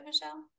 Michelle